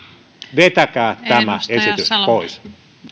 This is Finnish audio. vetäkää tämä esitys pois